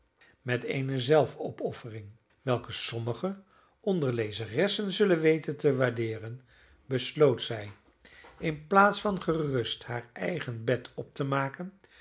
met eene zelfopoffering welke sommigen onzer lezeressen zullen weten te waardeeren besloot zij in plaats van gerust haar eigen bed op te maken